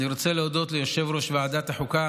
אני רוצה להודות ליושב-ראש ועדת החוקה